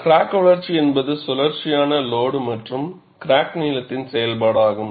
crack வளர்ச்சி என்பது சுழற்சியான லோடு மற்றும் கிராக் நீளத்தின் செயல்பாடாகும்